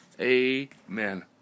Amen